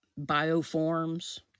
bioforms